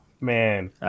man